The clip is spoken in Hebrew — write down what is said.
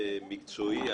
זה מקצועי.